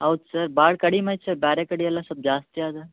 ಹೌದ್ ಸರ್ ಭಾಳ್ ಕಡಿಮೆ ಆಯ್ತು ಸರ್ ಬೇರೆ ಕಡೆ ಎಲ್ಲ ಸ್ವಲ್ಪ್ ಜಾಸ್ತಿ ಅದ